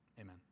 amen